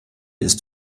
ist